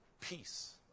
peace